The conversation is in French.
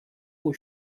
aux